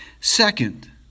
Second